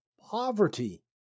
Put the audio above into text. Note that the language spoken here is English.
poverty